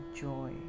joy